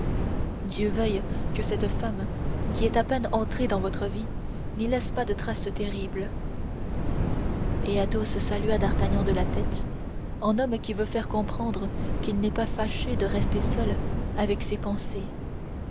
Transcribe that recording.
dieu veuille que cette femme qui est à peine entrée dans votre vie n'y laisse pas une trace funeste et athos salua d'artagnan de la tête en homme qui veut faire comprendre qu'il n'est pas fâché de rester seul avec ses pensées